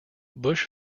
bush